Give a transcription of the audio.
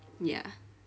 ya